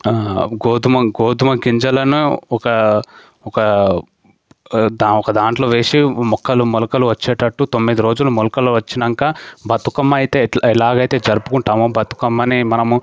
గోధుమ గోధుమ గింజలను ఒక ఒక ఒక దాంట్లో వేసి మొక్కలు మొలకలు వచ్చేటట్టు తొమ్మిది రోజులు మొలకలు వచ్చాక బతుకమ్మ అయితే ఎట్లా ఎలాగ అయితే జరుపుకుంటామో బతుకమ్మని మనము